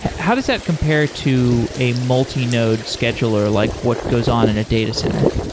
how does that compare to a multi node scheduler, like what goes on in a data center?